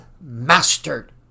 mastered